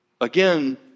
Again